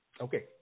Okay